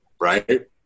right